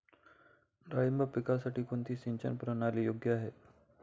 डाळिंब पिकासाठी कोणती सिंचन प्रणाली योग्य आहे?